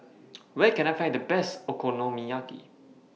Where Can I Find The Best Okonomiyaki